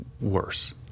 worse